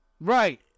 right